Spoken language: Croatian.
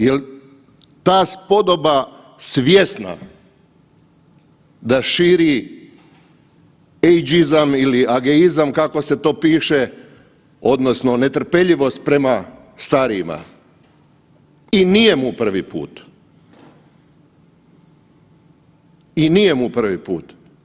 Jel ta spodoba svjesna da širi … ili ageizam kako se to piše odnosno netrpeljivost prema starijima i nije mu prvi put i nije mu prvi put.